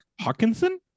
Hawkinson